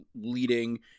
leading